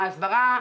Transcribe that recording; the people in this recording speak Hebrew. ההסברה,